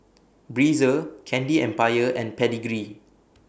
Breezer Candy Empire and Pedigree